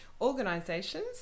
organizations